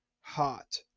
hot